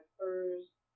first